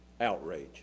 outrage